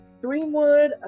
Streamwood